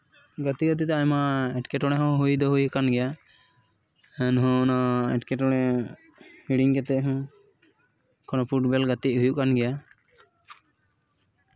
ᱜᱟᱛᱮ ᱜᱟᱛᱮ ᱛᱮ ᱟᱭᱢᱟ ᱮᱸᱴᱠᱮᱴᱚᱬᱮ ᱦᱚᱸ ᱦᱩᱭ ᱫᱚ ᱦᱩᱭ ᱠᱟᱱ ᱜᱮᱭᱟ ᱮᱱᱦᱚᱸ ᱱᱚᱣᱟ ᱮᱸᱴᱠᱮᱴᱚᱬᱮ ᱦᱤᱲᱤᱧ ᱠᱟᱛᱮ ᱦᱚᱸ ᱮᱠᱷᱚᱱ ᱦᱚᱸ ᱯᱷᱩᱴᱵᱚᱞ ᱜᱟᱛᱮᱜ ᱦᱩᱭᱩᱜ ᱠᱟᱱ ᱜᱮᱭᱟ